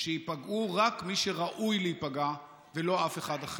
שייפגעו רק מי שראויים להיפגע ולא אף אחד אחר.